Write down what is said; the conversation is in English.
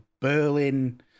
Berlin